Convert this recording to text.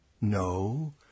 No